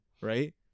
Right